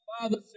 father